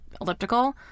elliptical